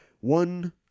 one